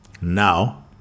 Now